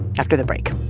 after the break